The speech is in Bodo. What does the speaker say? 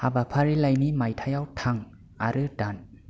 हाबाफारिलाइनि मायथाइयाव थां आरो दान